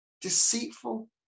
deceitful